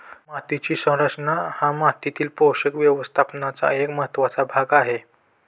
मातीची संरचना हा मातीतील पोषक व्यवस्थापनाचा एक महत्त्वाचा भाग आहे